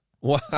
Wow